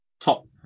top